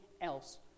else